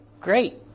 great